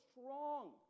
strong